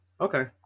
Okay